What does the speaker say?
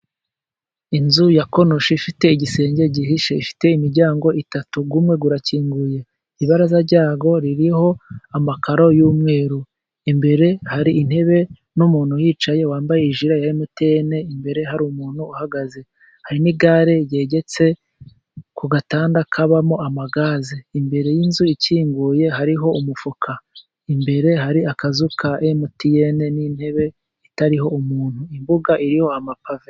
Inzu ya konoshi ifite igisenge gihishe, ifite imiryango itatu, umwe urakinguye ,ibaraza ryawo ririho amakaro y'umweru, imbere hari intebe n'umuntu yicaye wambaye ijire ya emutiyene, imbere hari umuntu uhagaze hari n'igare ryegetse ku gatanda kabamo amagaze, imbere y'inzu ikinguye hariho umufuka, imbere hari akazu ka emutiyene n'intebe itariho umuntu imbuga iriho amapave.